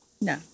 No